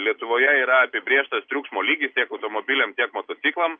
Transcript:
lietuvoje yra apibrėžtas triukšmo lygis tiek automobiliam motociklam